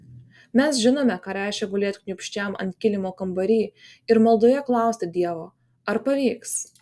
mes žinome ką reiškia gulėt kniūbsčiam ant kilimo kambary ir maldoje klausti dievo ar pavyks